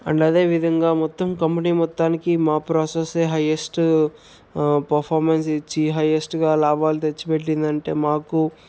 and అదేవిధంగా మొత్తం company మొత్తానికి మా ప్రాసెస్సే హయ్యెస్టు పర్ఫామెన్స్ ఇచ్చి హయ్యెస్ట్గా లాభాలు తెచ్చిపెట్టిందంటే మాకు